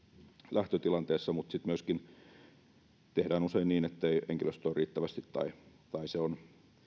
lähtötilanteessa mutta sitten myöskin tehdään usein niin ettei henkilöstöä ole riittävästi tai se on